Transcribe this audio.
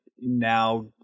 now